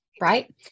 Right